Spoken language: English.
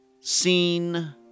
seen